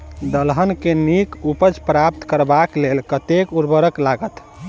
दलहन केँ नीक उपज प्राप्त करबाक लेल कतेक उर्वरक लागत?